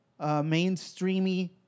mainstreamy